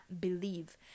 believe